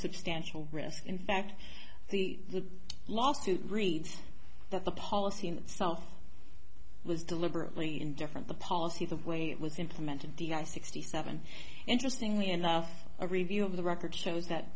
substantial risk in fact the lawsuit reads that the policy itself was deliberately indifferent the policies of weight was implemented d i sixty seven interestingly enough a review of the record shows that